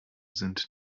sind